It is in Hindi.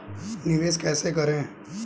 निवेश कैसे करें?